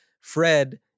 Fred